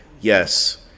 yes